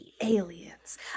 Aliens